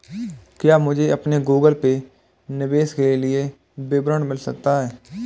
क्या मुझे अपने गूगल पे निवेश के लिए विवरण मिल सकता है?